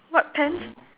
what pants